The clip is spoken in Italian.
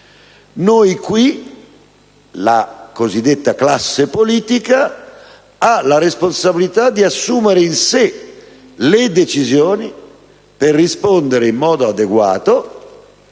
imprese. La cosiddetta classe politica ha la responsabilità di assumere in sé le decisioni per rispondere in modo adeguato